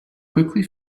quickly